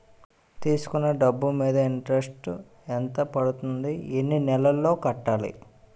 తీసుకున్న డబ్బు మీద ఇంట్రెస్ట్ ఎంత పడుతుంది? ఎన్ని నెలలో కట్టాలి?